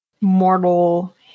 mortal